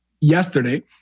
yesterday